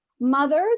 mothers